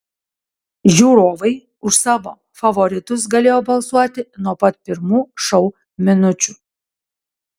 žiūrovai už savo favoritus galėjo balsuoti nuo pat pirmų šou minučių